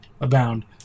abound